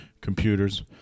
computers